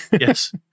Yes